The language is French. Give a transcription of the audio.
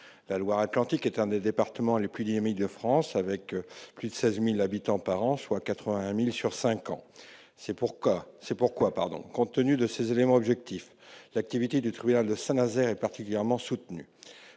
La Loire-Atlantique est l'un des départements les plus dynamiques de France, gagnant plus de 16 000 habitants par an, soit 81 000 habitants sur cinq ans. C'est pourquoi, compte tenu de ces éléments objectifs, l'activité du tribunal de Saint-Nazaire est particulièrement soutenue.